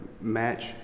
match